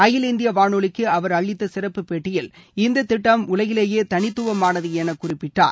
அகில இந்தியா வானொலிக்கு அவர் அளித்த சிறப்பு பேட்டியில் இந்த திட்டம் உலகிலேயே தனித்துவமானது என குறிப்பிட்டார்